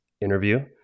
interview